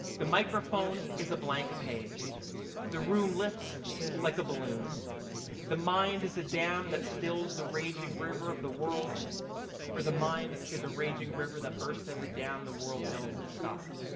the microphone is a blank page the room lifts like a balloon the mind is a dam that stills the raging river of the world or the mind is a raging river that bursts every dam the world builds to stop it.